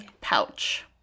pouch